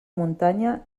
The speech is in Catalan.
muntanya